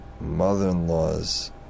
mother-in-law's